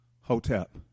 Hotep